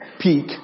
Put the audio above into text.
peak